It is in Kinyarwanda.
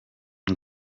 com